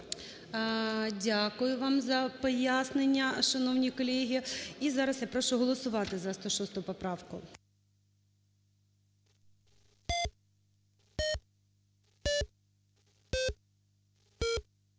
Дякую вам за пояснення, шановні колеги. І зараз я прошу голосувати за 106 поправку.